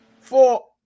Four